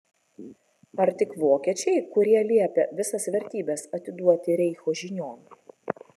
ar tik vokiečiai kurie liepė visas vertybes atiduoti reicho žinion